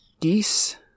Geese